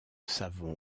savon